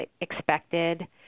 expected